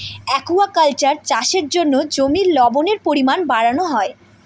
aquaculture চাষের জন্য জমির লবণের পরিমান বাড়ানো হয়